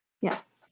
Yes